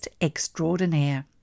extraordinaire